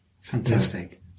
Fantastic